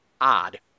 odd